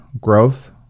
growth